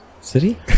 city